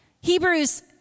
Hebrews